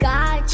God